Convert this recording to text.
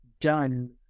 done